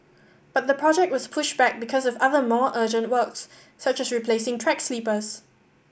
but the project was pushed back because of other more urgent works such as replacing track sleepers